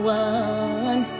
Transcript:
one